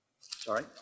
Sorry